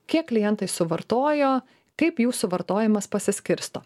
kiek klientai suvartojo kaip jų suvartojimas pasiskirsto